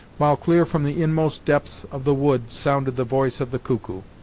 while clear from the inmost depths of the wood sounded the voice of the cuckoo.